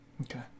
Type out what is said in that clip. Okay